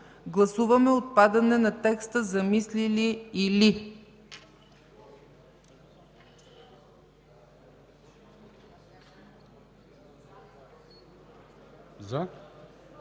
Гласуваме отпадане на текста „замислили или”.